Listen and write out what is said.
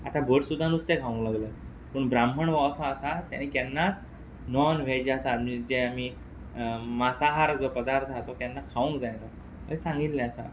आतां भट सुद्दां नुस्तें खावंक लागल्या पूण ब्राम्हण वो ओसो आसा तेनें केन्नाच नॉन वॅज आसा म्हन्जे जें आमी मासाहार जो पदार्थ आहा तो केन्ना खावं जायना हें सांगिल्लें आसा